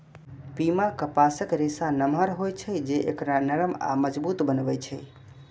पीमा कपासक रेशा नमहर होइ छै, जे एकरा नरम आ मजबूत बनबै छै